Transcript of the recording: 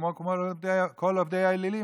כמו כל עובדי האלילים.